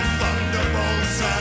thunderbolts